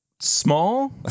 small